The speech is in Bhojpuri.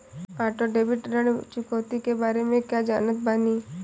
ऑटो डेबिट ऋण चुकौती के बारे में कया जानत बानी?